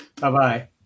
Bye-bye